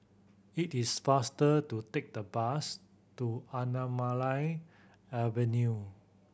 it is faster to take the bus to Anamalai Avenue